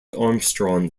armstrong